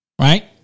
right